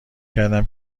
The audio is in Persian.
کردم